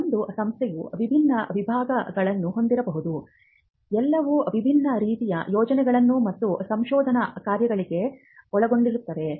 ಒಂದು ಸಂಸ್ಥೆಯು ವಿಭಿನ್ನ ವಿಭಾಗಗಳನ್ನು ಹೊಂದಿರಬಹುದು ಎಲ್ಲವೂ ವಿಭಿನ್ನ ರೀತಿಯ ಯೋಜನೆಗಳು ಮತ್ತು ಸಂಶೋಧನಾ ಕಾರ್ಯಗಳಲ್ಲಿ ಒಳಗೊಂಡಿರುತ್ತವೆ